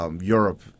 Europe –